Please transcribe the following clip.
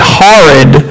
horrid